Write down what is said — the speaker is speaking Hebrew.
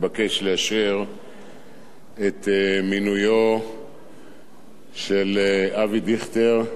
את מינויו של אבי דיכטר, חבר הכנסת לשעבר אבי